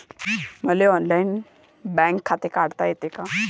मले online bank खाते काढता येते का?